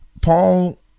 Paul